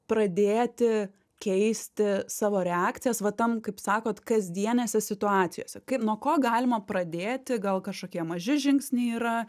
pradėti keisti savo reakcijas va tam kaip sakot kasdienėse situacijose kaip nuo ko galima pradėti gal kažkokie maži žingsniai yra